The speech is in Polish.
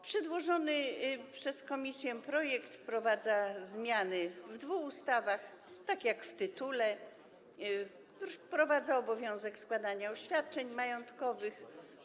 Przedłożony przez komisję projekt wprowadza zmiany w dwóch ustawach, tak jak w tytule wprowadza obowiązek składania oświadczeń majątkowych,